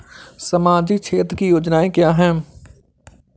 सामाजिक क्षेत्र की योजनाएँ क्या हैं?